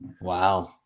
Wow